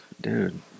Dude